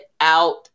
out